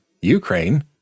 Ukraine